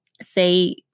say